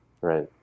right